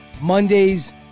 Mondays